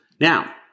Now